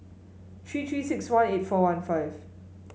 three Three six one eight four one five